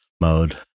mode